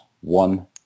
one